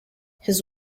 his